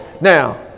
Now